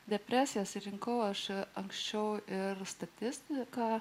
depresijos rinkau aš anksčiau ir statistiką